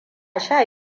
sha